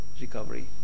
recovery